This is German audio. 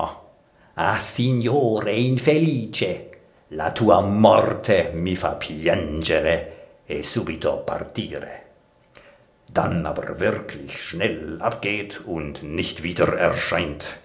dann aber wirklich schnell abgeht und nicht wieder